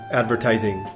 advertising